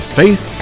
faith